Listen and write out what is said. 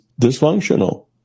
dysfunctional